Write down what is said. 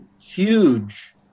huge